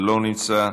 לא נמצא,